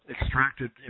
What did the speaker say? extracted